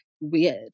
weird